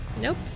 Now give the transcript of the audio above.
Nope